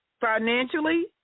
financially